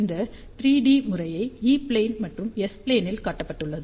இந்த 3 டி முறை E plane மற்றும் எஸ் ப்ளேனில் காட்டப்பட்டுள்ளது